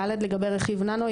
(ד)לגבי רכיב ננו,